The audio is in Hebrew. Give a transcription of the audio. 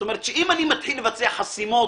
זאת אומרת שאם אני מתחיל לבצע חסימות